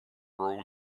rule